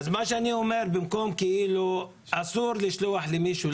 אני אומר שאסור לשלוח למישהו,